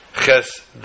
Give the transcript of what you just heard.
Ches